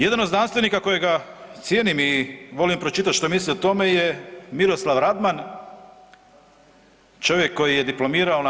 Jedan od znanstvenika kojega cijenim i volim pročitati što misli o tome je Miroslav Radman, čovjek koji je diplomirao na